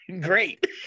great